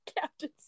Captain